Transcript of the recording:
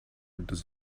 does